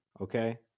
Okay